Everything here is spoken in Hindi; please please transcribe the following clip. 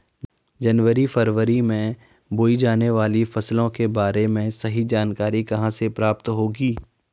जनवरी फरवरी में बोई जाने वाली फसलों के बारे में सही जानकारी कहाँ से प्राप्त होगी?